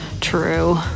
true